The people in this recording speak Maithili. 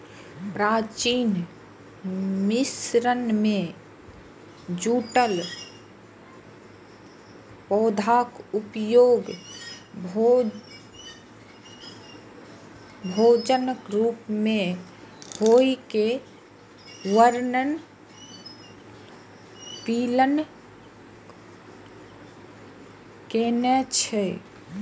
प्राचीन मिस्र मे जूटक पौधाक उपयोग भोजनक रूप मे होइ के वर्णन प्लिनी कयने छै